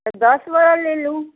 तऽ दश वाला लेलू